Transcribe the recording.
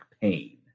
pain